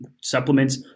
supplements